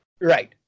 Right